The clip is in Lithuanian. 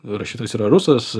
rašytojas yra rusas